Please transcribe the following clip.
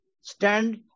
stand